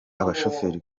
abashoferi